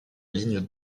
ligne